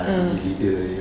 ah